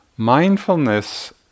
mindfulness